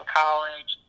college